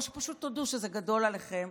או פשוט תודו שזה גדול עליכם,